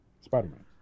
Spider-Man